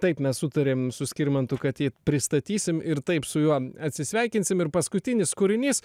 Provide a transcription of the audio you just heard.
taip mes sutarėm su skirmantu kad jį pristatysim ir taip su juo atsisveikinsim ir paskutinis kūrinys